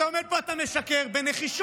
אתה עומד פה ומשקר בנחישות,